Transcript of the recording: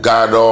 God